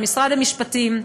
למשרד המשפטים,